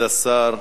כבוד השר,